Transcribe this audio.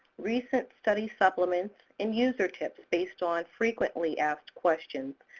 recent study supplements, and user tips based on frequently asked questions.